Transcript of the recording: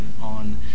on